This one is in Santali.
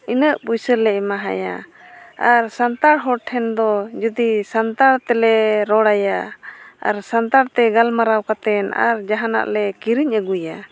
ᱤᱱᱟᱹᱜ ᱯᱚᱭᱥᱟᱞᱮ ᱮᱢᱟᱭᱟ ᱟᱨ ᱥᱟᱱᱛᱟᱲ ᱦᱚᱲ ᱴᱷᱮᱱ ᱫᱚ ᱡᱩᱫᱤ ᱥᱟᱱᱛᱟᱲ ᱛᱮᱞᱮ ᱨᱚᱲᱟᱭᱟ ᱟᱨ ᱥᱟᱱᱛᱟᱲᱛᱮ ᱜᱟᱞᱢᱟᱨᱟᱣ ᱠᱟᱛᱮᱫ ᱟᱨ ᱡᱟᱦᱟᱱᱟᱜᱼᱞᱮ ᱠᱤᱨᱤᱧ ᱟᱹᱜᱩᱭᱟ